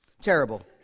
terrible